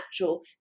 natural